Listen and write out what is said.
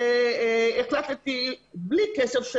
החלטתי בלי כסף,